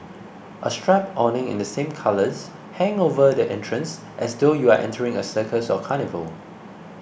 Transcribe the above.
a striped awning in the same colours hang over the entrance as though you are entering a circus or carnival